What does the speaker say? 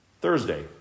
Thursday